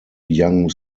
young